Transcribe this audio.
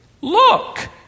Look